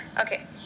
Okay